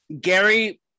Gary